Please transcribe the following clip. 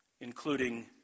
including